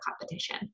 competition